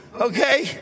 okay